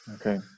Okay